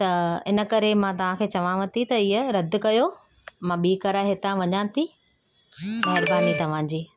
त इन करे मां तव्हां खे चयांव थी त इहा रदि कयो मां ॿी कराए हितां वञां थी महिरबानी तव्हां जी